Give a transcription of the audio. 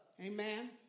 Amen